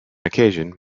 occasion